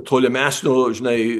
tolimesnio žinai